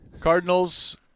Cardinals